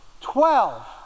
Twelve